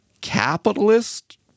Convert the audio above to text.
capitalist